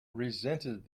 resented